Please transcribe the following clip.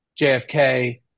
JFK